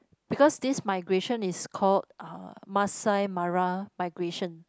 because this migration is called Masai-Mara Migration